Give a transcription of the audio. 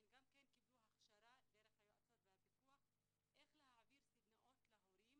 הן גם קיבלו הכשרה דרך היועצות והפיקוח איך להעביר סדנאות להורים